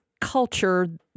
culture